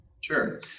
Sure